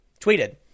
tweeted